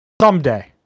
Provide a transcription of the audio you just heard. Someday